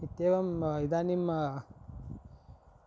इत्येवम् इदानीम्